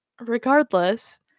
Regardless